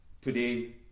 Today